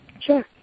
Sure